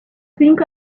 think